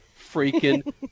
freaking